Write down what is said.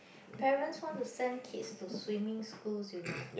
parents want to send kids to swimming schools you know